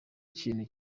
ikintu